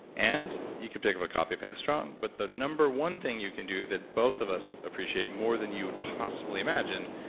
and you can pick up a copy of head strong. but the number one thing you can do that both of us appreciate more than you would possibly imagine,